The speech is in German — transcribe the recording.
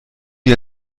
wie